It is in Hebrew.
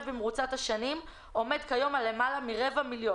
במרוצת השנים ועומד כיום על למעלה מרבע מיליון.